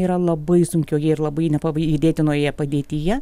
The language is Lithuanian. yra labai sunkioje ir labai nepavydėtinoje padėtyje